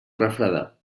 refredar